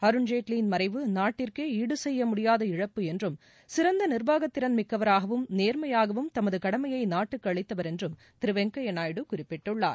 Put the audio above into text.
அருண்ஜேட்லியின் மறைவு நாட்டிற்கே ஈடுசெய்ய முடியாத இழப்பு என்றும் சிறந்த நிர்வாகத்திறன் மிக்கவராகவும் நேர்மையாகவும் தமது கடமையை நாட்டுக்கு அளித்தவர் என்றும் திரு வெங்கையா நாயுடு குறிப்பிட்டுள்ளார்